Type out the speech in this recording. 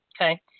Okay